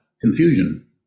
Confusion